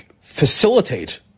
facilitate